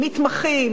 מתמחים,